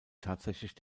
tatsächlich